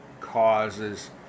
causes